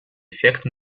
эффект